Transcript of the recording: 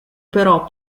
però